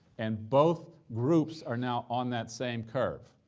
and both groups are now on that same curve,